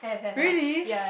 really